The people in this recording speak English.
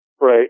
Right